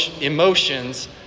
emotions